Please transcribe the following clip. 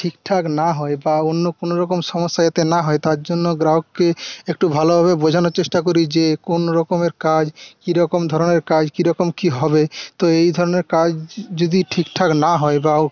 ঠিকঠাক না হয় বা অন্য কোনোরকম সমস্যা যাতে না হয় তার জন্য গ্রাহককে একটু ভালোভাবে বোঝানোর চেষ্টা করি যে কোনোরকমের কাজ কি রকম ধরনের কাজ কি রকম কি হবে তো এই ধরনের কাজ যদি ঠিকঠাক না হয় বা